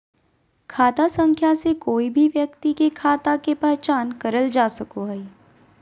खाता संख्या से कोय भी व्यक्ति के खाता के पहचान करल जा सको हय